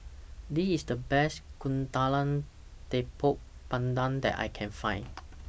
This IS The Best Kuih Talam Tepong Pandan that I Can Find